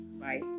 Bye